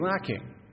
lacking